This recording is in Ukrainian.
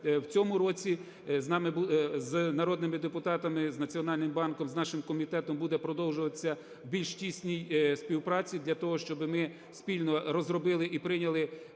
в цьому році з народними депутатами, з Національним банком, з нашим комітетом буде продовжуватися в більш тісній співпраці для того, щоб ми спільно розробили і прийняли